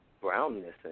brownness